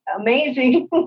amazing